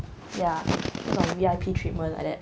ya 那种 V_I_P treatment like that